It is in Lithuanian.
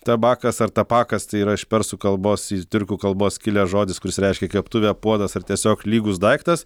tabakas ar tapakas tai yra iš persų kalbos tiurkų kalbos kilęs žodis kuris reiškia keptuvė puodas ar tiesiog lygus daiktas